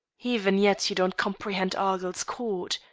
even yet you don't comprehend argyll's court.